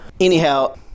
anyhow